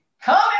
Come